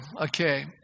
Okay